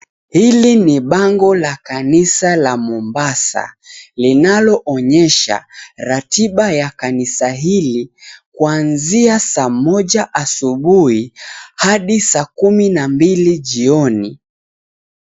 Hili ni bango la kanisa la Mombasa, linaloonyesha ratiba ya kanisa hili kuanzia saa moja asubuhi hadi saa kumi na mbili jioni.